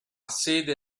sede